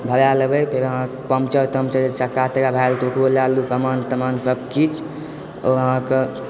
भरा लेबय फेर अहाँ पन्चर तनचर चक्का भए जेतय ओकरो लए लेलु सामान तमानसभ किछु आओर अहाँके